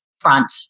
front